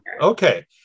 Okay